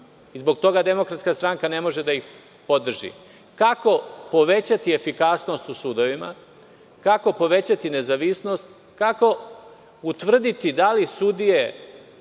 Zbog toga Demokratska stranka ne može da ih podrži. Kako povećati efikasnost u sudovima, kako povećati nezavisnost, kako utvrditi da li sudije